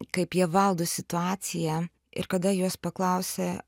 kaip jie valdo situaciją ir kada juos paklausė